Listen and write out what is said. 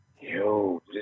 Yo